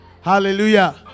Hallelujah